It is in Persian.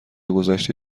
گذشته